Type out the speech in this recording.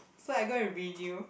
so I go and renew